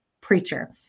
preacher